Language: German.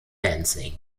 dancing